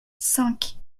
cinq